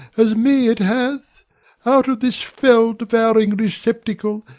as me it hath out of this fell devouring receptacle,